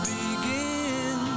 begin